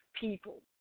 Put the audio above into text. people